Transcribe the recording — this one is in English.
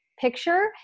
picture